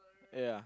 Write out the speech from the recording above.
yeah